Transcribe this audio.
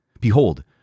Behold